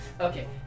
Okay